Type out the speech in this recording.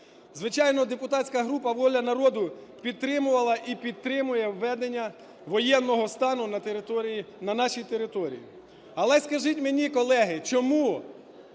Звичайно, депутатська група "Воля народу" підтримувала і підтримує введення воєнного стану на території... на нашій території. Але скажіть мені, колеги, чому,